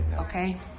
Okay